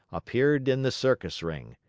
appeared in the circus ring.